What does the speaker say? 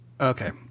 Okay